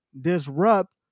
disrupt